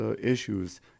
issues